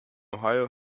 ohio